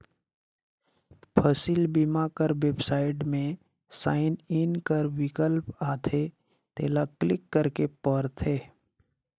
फसिल बीमा कर बेबसाइट में साइन इन कर बिकल्प आथे तेला क्लिक करेक परथे